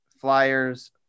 Flyers